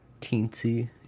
Teensy